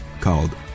called